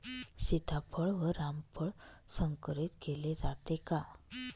सीताफळ व रामफळ संकरित केले जाते का?